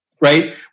right